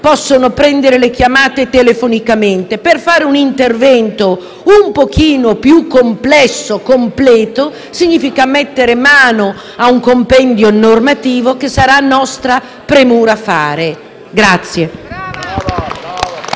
possono prendere le chiamate telefonicamente. Fare un intervento un po' più complesso e completo significa mettere mano a un compendio normativo e sarà nostra premura farlo.